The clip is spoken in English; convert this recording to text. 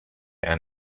and